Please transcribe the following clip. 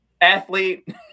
athlete